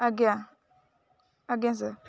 ଆଜ୍ଞା ଆଜ୍ଞା ସାର୍